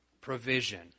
provision